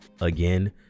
again